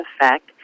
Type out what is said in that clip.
effect